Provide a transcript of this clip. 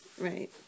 Right